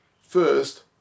first